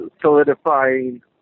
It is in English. solidifying